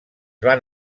van